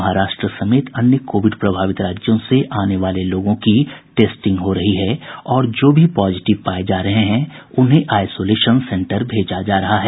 महाराष्ट्र समेत अन्य कोविड प्रभावित राज्यों से आने वाले लोगों की टेस्टिंग हो रही है और जो भी पॉजिटिव पाये जा रहे हैं उन्हें आइसोलेशन सेंटर भेजा जा रहा है